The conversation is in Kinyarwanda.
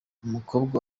umukobwa